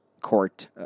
court